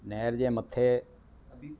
नेहर जे मथे